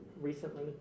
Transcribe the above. recently